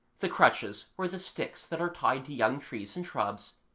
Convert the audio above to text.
the crutches were the sticks that are tied to young trees and shrubs.